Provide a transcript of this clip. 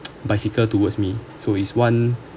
bicycle towards me so is one